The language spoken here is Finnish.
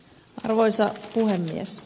arvoisa puhemies